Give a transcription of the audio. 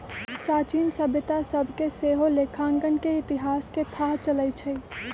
प्राचीन सभ्यता सभ से सेहो लेखांकन के इतिहास के थाह चलइ छइ